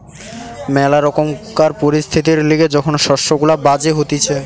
ম্যালা রকমকার পরিস্থিতির লিগে যখন শস্য গুলা বাজে হতিছে